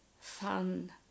fun